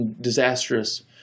disastrous